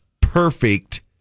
perfect